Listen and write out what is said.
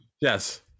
Yes